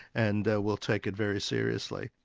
and we'll take it very seriously'.